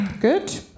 Good